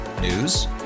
News